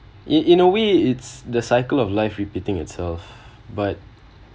in in a way it's the cycle of life repeating itself but